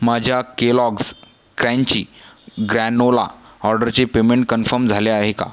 माझ्या Kellogg's crunchy granola ऑर्डरचे payment confirm झाले आहे का